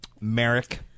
Merrick